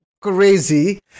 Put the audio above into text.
crazy